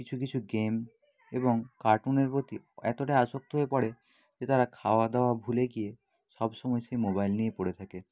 কিছু কিছু গেম এবং কার্টুনের প্রতি এতটাই আসক্ত হয়ে পড়ে যে তারা খাওয়াদাওয়া ভুলে গিয়ে সবসময় সেই মোবাইল নিয়েই পড়ে থাকে